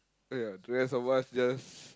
ya the rest of us just